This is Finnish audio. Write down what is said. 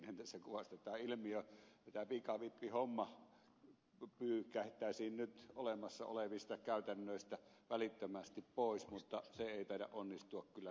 heikkinen kuvasi tätä ilmiötä että tämä pikavippihomma pyyhkäistäisiin nyt olemassa olevista käytännöistä välittömästi pois mutta se ei taida onnistua kyllä millään